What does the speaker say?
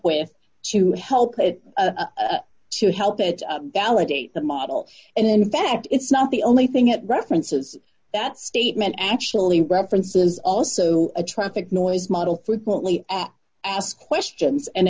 with to help it to help it validate the model and in fact it's not the only thing it references that statement actually references also a traffic noise model frequently ask questions and